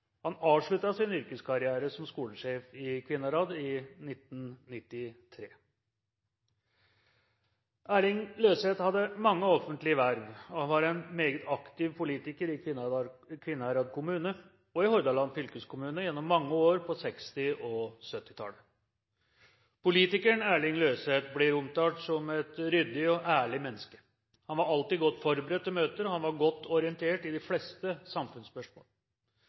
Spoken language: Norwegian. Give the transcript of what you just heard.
Han avsluttet sin yrkeskarriere som skolesjef i Kvinnherad i 1993. Erling Løseth hadde mange offentlige verv, og han var en meget aktiv politiker i Kvinnherad kommune og i Hordaland fylkeskommune gjennom mange år på 1960- og 1970-tallet. Politikeren Erling Løseth blir omtalt som et ryddig og ærlig menneske. Han var alltid godt forberedt til møter, og han var godt orientert i de fleste samfunnsspørsmål.